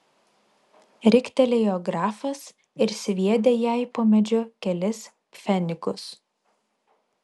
riktelėjo grafas ir sviedė jai po medžiu kelis pfenigus